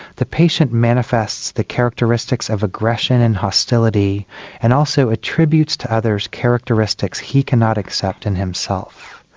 the patient manifests the characteristics of aggression and hostility and also attributes to others characteristics he cannot accept in himself.